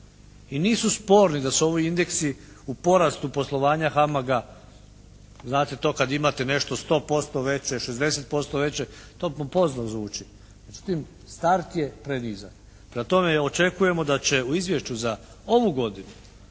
i nisu sporni da su ovo indeksi u porastu poslovanja HAMAG-a, znate to kada imate nešto 100% veće, 60% veće, to pompozno zvuči, međutim start je prenizak. Prema tome očekujemo da će u izvješću za ovu godinu